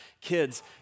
kids